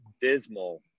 dismal